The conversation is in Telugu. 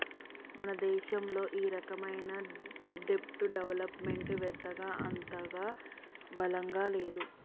మన దేశంలో ఈ రకమైన దెబ్ట్ డెవలప్ మెంట్ వెవత్త అంతగా బలంగా లేదు